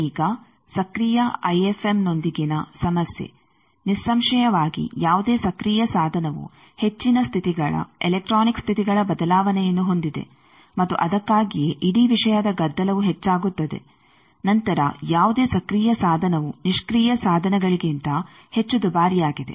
ಈಗ ಸಕ್ರಿಯ ಐಎಫ್ಎಮ್ನೊಂದಿಗಿನ ಸಮಸ್ಯೆ ನಿಸ್ಸಂಶಯವಾಗಿ ಯಾವುದೇ ಸಕ್ರಿಯ ಸಾಧನವು ಹೆಚ್ಚಿನ ಸ್ಥಿತಿಗಳ ಎಲೆಕ್ಟ್ರೋನಿಕ್ ಸ್ಥಿತಿಗಳ ಬದಲಾವಣೆಯನ್ನು ಹೊಂದಿದೆ ಮತ್ತು ಅದಕ್ಕಾಗಿಯೇ ಇಡೀ ವಿಷಯದ ಗದ್ದಲವು ಹೆಚ್ಚಾಗುತ್ತದೆ ನಂತರ ಯಾವುದೇ ಸಕ್ರಿಯ ಸಾಧನವು ನಿಷ್ಕ್ರಿಯ ಸಾಧನಗಳಿಗಿಂತ ಹೆಚ್ಚು ದುಬಾರಿಯಾಗಿದೆ